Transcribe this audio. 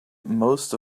most